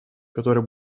которое